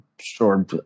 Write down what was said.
sure